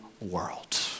world